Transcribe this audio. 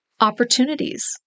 Opportunities